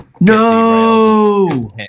No